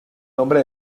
hombre